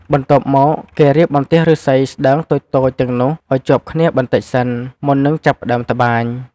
បន្ទាប់មក គេរៀបបន្ទះឫស្សីស្តើងតូចៗទាំងនោះឲ្យជាប់គ្នាបន្តិចសិន មុននឹងចាប់ផ្តើមត្បាញ។